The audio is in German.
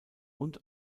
und